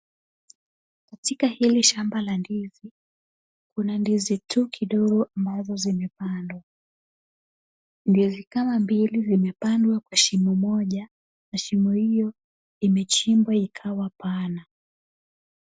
Katika hili shamba la ndizi, kuna ndizi tu kidogo ambazo zimepandwa. Ndizi kama mbili zimepandwa kwa shimo moja, na shimo hiyo imechimbwa ikawa pana.